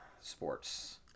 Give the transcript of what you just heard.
sports